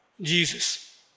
Jesus